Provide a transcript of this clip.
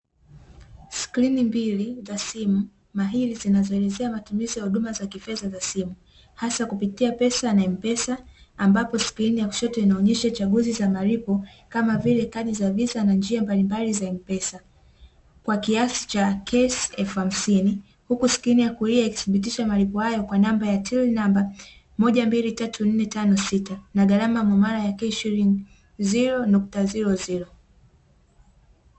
Skrini mbili za simu mahiri zinazoelezea matumizi ya huduma za kifedha za simu, hasa kupitia Pesa na M-Pesa, ambapo skrini ya kushoto inaonyesha chaguzi za malipo kama vile kadi za Visa na njia mbalimbali za M-Pesa, kwa kiasi cha Kshilingi hamsini, huku skrini ya kulia ikithibitisha malipo hayo kwa namba ya Tel namba Moja, mbili ,tatu, nne, tano, sita, na gharama ya muamala ya Kshilingi ziro nukta ziro ziro.